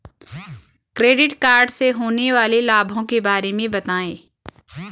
Credit card से होने वाले लाभों के बारे में बताएं?